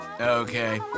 Okay